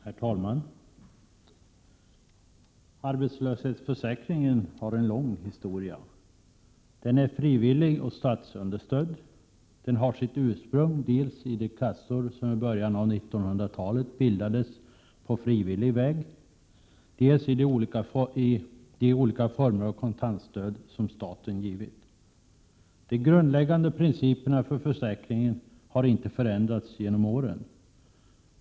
Herr talman! Arbetslöshetsförsäkringen, som har en lång historia, är frivillig och statsunderstödd. Den har sitt ursprung dels i de kassor som i början av 1900-talet bildades på frivillig väg, dels i de olika former av kontantstöd som staten givit. De grundläggande principerna för försäkringen har inte förändrats genom åren.